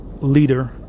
leader